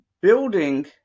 building